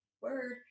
Word